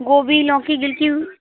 गोभी लौकी गिल्कीऊ